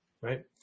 right